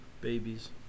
Babies